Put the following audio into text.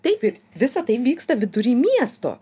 taip ir visa tai vyksta vidury miesto